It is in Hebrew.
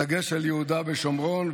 בדגש על יהודה ושומרון,